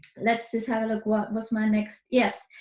let's just have a look, what was my next, yes.